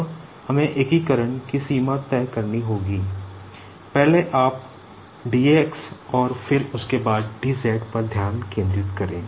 अब हमें इंटीग्रेशन की सीमा तय करनी होगी पहले आप dx और फिर उसके बाद dz पर ध्यान केंद्रित करें